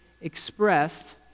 expressed